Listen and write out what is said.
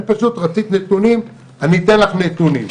רצית נתונים, אני אתן לך נתונים.